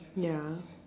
ya